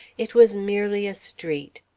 it was merely a street.